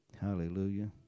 Hallelujah